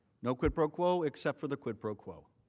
no quid pro quo except for the quid pro quo.